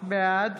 בעד